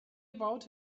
about